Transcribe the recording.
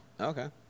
Okay